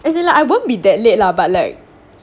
as in like I won't be that late lah but like